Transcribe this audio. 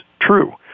true